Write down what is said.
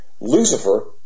Lucifer